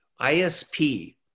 ISP